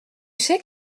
sais